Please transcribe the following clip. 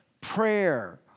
prayer